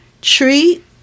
treat